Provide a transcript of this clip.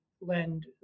lend